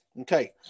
okay